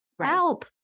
Help